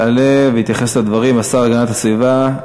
יעלה ויתייחס לדברים השר להגנת הסביבה,